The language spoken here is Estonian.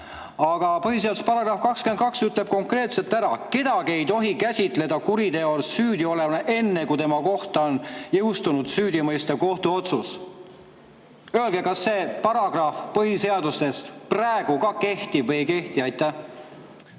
Aga põhiseaduse § 22 ütleb konkreetselt ära, et kedagi ei tohi käsitleda kuriteos süüdi olevana enne, kui tema kohta on jõustunud süüdimõistev kohtuotsus. Öelge, kas see paragrahv põhiseaduses praegu ka kehtib või ei kehti. Aitäh!